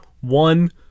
one